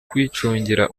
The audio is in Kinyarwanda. kwicungira